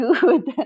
good